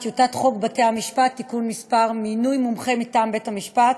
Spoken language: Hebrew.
בטיוטת חוק בתי-המשפט (תיקון) (מינוי מומחה מטעם בית-המשפט),